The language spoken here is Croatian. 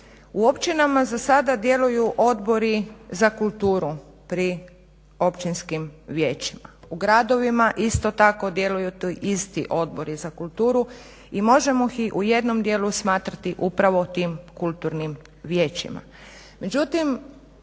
U općinama zasada djeluju odbori za kulturu pri općinskim vijećima. U gradovima isto tako djeluju ti isti odbori za kulturu i možemo ih u jednom dijelu smatrati upravo tim kulturnim vijećima.